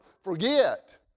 forget